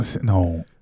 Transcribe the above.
no